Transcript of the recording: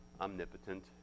omnipotent